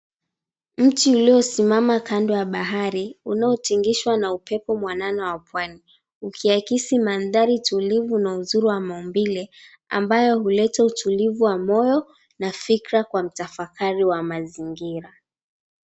Mti uliosimama kando ya bahari unaotigishwa na upepo mwanana wa pwani. Ukiakisi mandari tulivu na uzuri wamaumbile ambayo huleta utulivu wa moyo na fikra kwa mtafakari wa mazingira.